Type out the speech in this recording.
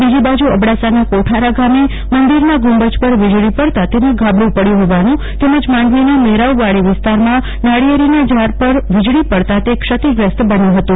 બીજીબાજુ અબાડાસાના કોઠારા ગામે મંદિરના ગુંબજ પર વીજળી પડતા તેમાં ગાબડ઼ પડ્યુ હોવાનું તેમજ માંડવીના મેરાઉ વાડી વિસ્તારમાં નાળિયેરના ઝાડ પર વીજળી પડતા તે ક્ષતિગ્રસ્ત બન્યુ હતું